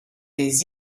des